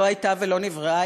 שלא הייתה ולא נבראה,